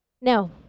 No